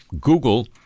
Google